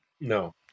No